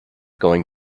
going